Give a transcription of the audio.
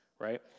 Right